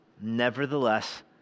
Nevertheless